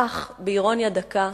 כך, באירוניה דקה,